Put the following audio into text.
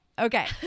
Okay